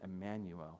Emmanuel